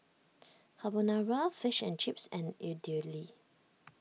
Carbonara Fish and Chips and Idili